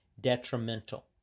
detrimental